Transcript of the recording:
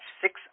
six